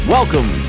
Welcome